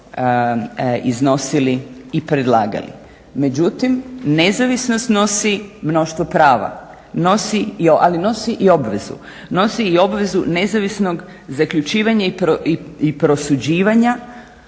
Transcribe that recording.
iznosili i predlagali. Međutim nezavisno snosi mnoštvo prava, ali i nosi obvezu, nosi i obvezu nezavisnog zaključivanje i prosuđivanje